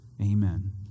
Amen